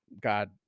God